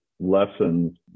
lessons